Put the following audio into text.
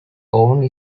own